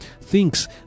thinks